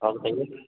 और बताइए